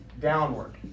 downward